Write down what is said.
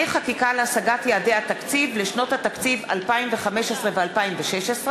חקיקה להשגת יעדי התקציב לשנות התקציב 2015 ו-2016),